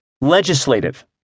Legislative